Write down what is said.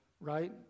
right